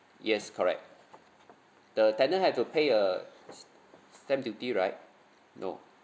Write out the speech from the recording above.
yes correct the tenant has to pay a s~ stamp duty right no